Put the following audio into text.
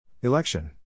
Election